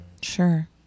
sure